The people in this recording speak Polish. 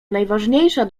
najważniejsza